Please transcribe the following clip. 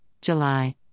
July